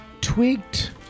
Tweaked